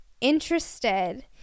interested